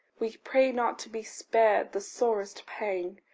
we pray not to be spared the sorest pang,